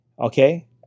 okay